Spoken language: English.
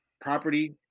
property –